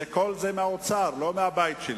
כל זה מהאוצר, לא מהבית שלי.